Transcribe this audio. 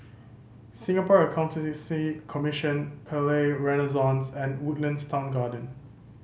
Singapore Accountancy Commission Palais Renaissance and Woodlands Town Garden